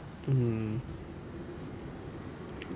mm